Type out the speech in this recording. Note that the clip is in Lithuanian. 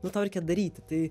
nu tau reikia daryti tai